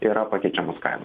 yra pakeičiamos kainos